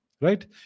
right